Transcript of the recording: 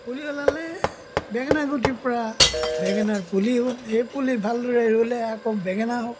পুলি ওলালে বেঙেনা গুটিৰ পৰা বেঙেনাৰ পুলি হ'ব সেই পুলি ভালদৰে ৰুলে আকৌ বেঙেনা হ'ব